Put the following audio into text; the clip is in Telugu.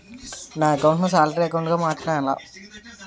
నా అకౌంట్ ను సాలరీ అకౌంట్ గా మార్చటం ఎలా?